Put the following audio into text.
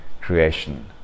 creation